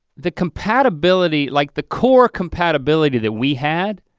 the compatibility, like the core compatibility that we had,